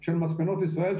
של מספנות ישראל,